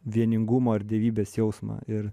vieningumo ir dievybės jausmą ir